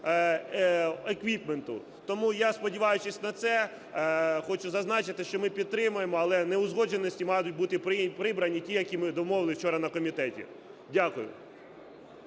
еквіпменту. Тому я, сподіваючись на це, хочу зазначити, що ми підтримуємо, але неузгодженості мають бути прибрані, ті, які ми домовилися вчора на комітеті. Дякую.